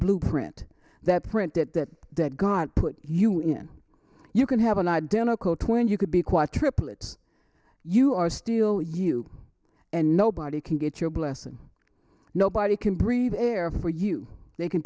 blueprint that print that that god put you in you can have an identical twin you could be quite triplets you are steel you and nobody can get your blessing nobody can breathe air for you they can